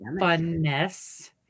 funness